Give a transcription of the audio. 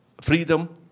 freedom